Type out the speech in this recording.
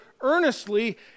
earnestly